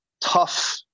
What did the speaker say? tough